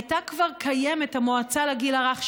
הייתה כבר קיימת המועצה לגיל הרך,